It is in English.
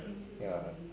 ya